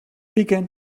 began